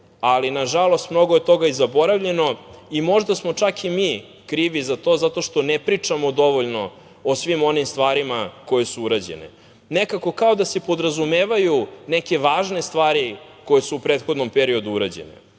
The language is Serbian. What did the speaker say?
ali nažalost, mnogo toga je i zaboravljeno i možda smo čak i mi krivi za to zato što ne pričamo dovoljno o svim onim stvarima koje su urađene. Nekako kao da se podrazumevaju neke važne stvari koje su u prethodnom periodu urađene. Ono